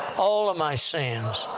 all of my sins!